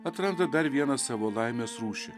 atranda dar vieną savo laimės rūšį